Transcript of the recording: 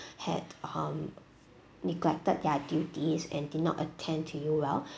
had hmm neglected their duties and did not attend to you well